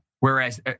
Whereas